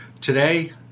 Today